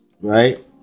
right